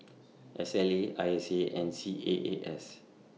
S L A I S A and C A A S